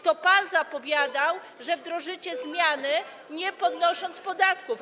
To pan zapowiadał, że wdrożycie zmiany, nie podnosząc podatków.